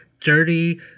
dirty